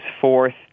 fourth